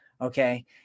Okay